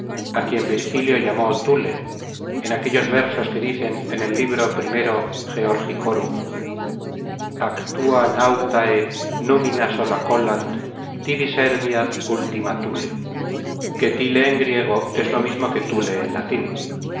á quien virgilio llamó thule en aquellos versos que dicen en el libro primero georgicorum numina sola colant tibi serviat ultima thule que thyle en griego es lo mismo que thule en latin